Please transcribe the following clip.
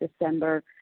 December